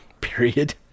period